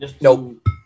Nope